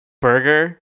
burger